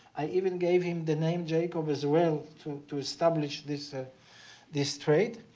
i even gave him the name jacob as well to to establish this ah this trade.